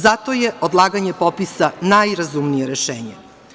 Zato je odlaganje popisa najrazumnije rešenje.